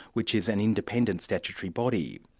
which is an independent statutory body.